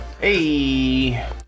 Hey